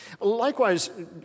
Likewise